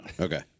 Okay